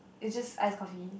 it's just ice coffee